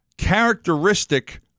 characteristic